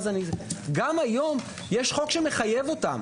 גם היום יש חוק שמחייב אותם,